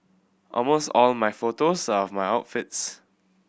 almost all my photos are of my outfits